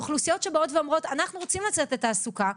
לאוכלוסיות שבאות ואומרות 'אנחנו רוצים לצאת לתעסוקה,